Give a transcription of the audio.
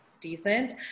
decent